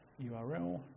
URL